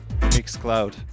Mixcloud